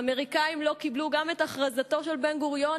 שהאמריקנים לא קיבלו גם את הכרזתו של בן-גוריון